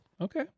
Okay